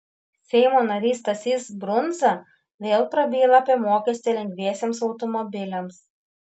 seimo narys stasys brundza vėl prabyla apie mokestį lengviesiems automobiliams